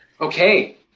Okay